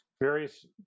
various